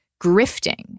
grifting